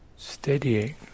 Steadying